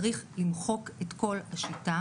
צריך למחוק את כל השיטה,